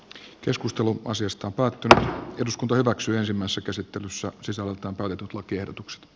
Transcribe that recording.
keskustelu asiasta päätti eduskunta hyväksyisimmässä käsittelyssä sisällöltään todetut lakiehdotuksen